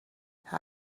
how